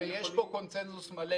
יש כאן קונצנזוס מלא.